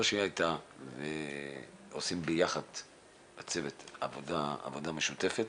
עושים ביחד הצוות, עבודה משותפת.